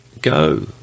go